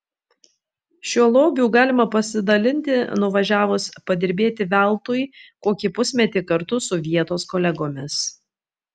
šiuo lobiu galima pasidalinti nuvažiavus padirbėti veltui kokį pusmetį kartu su vietos kolegomis